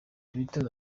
twitter